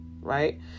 Right